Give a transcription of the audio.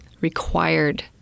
required